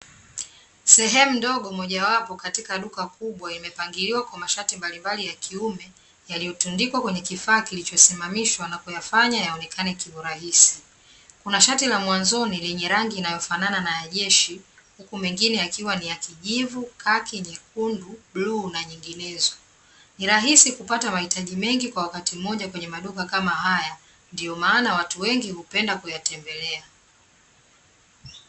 Sehemu ndogo mojawapo katika duka kubwa imepangiliwa kwa mashati mbalimbali ya kiume yaliyotundikwa kwenye kifaa kilichosimamishwa na kuyafanya yaonekane kiurahisi. Kuna shati la mwanzoni lenye rangi inayofanana na ya jeshi, huku mengine yakiwa ni ya: kijivu, kaki, nyekundu, bluu na nyinginezo. Ni rahisi kupata mahitaji mengi kwa wakati mmoja kwenye maduka kama haya, ndio maana watu wengi hupenda kuyatembelea.